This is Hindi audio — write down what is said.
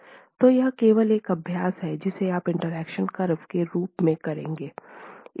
तो यह केवल एक अभ्यास हैं जिसे आप इंटरेक्शन कर्व के रूप में करेंगे